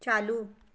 चालू